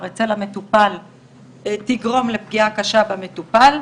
אצל המטופל תגרום לפגיעה קשה במטופל,